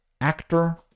actor